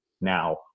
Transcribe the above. Now